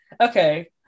Okay